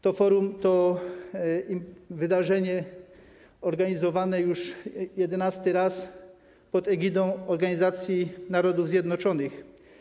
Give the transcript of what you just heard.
To forum, to wydarzenie organizowane jest już jedenasty raz pod egidą Organizacji Narodów Zjednoczonych.